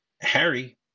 Harry